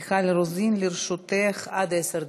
מיכל רוזין, לרשותך עד עשר דקות.